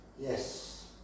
Yes